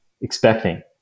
expecting